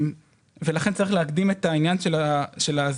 ולכן צריך להקדים את העניין של הזיכיון.